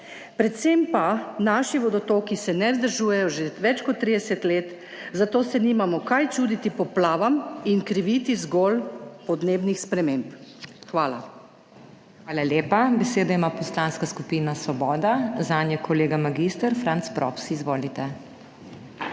predvsem pa naši vodotoki se ne vzdržujejo že več kot 30 let, zato se nimamo kaj čuditi poplavam in kriviti zgolj podnebnih sprememb. Hvala. PODPREDSEDNICA MAG. MEIRA HOT: Hvala lepa. Besedo ima Poslanska skupina Svoboda, zanjo kolega mag. Franc Props. Izvolite.